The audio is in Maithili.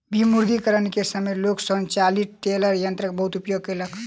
विमुद्रीकरण के समय लोक स्वचालित टेलर यंत्रक बहुत उपयोग केलक